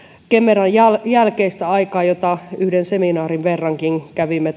kemeran jälkeistä aikaa jota yhden seminaarin verrankin kävimme